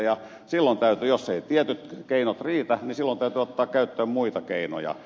silloin täytyy jos eivät tietyt keinot riitä ottaa käyttöön muita keinoja